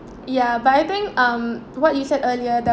ya but I think um what you said earlier the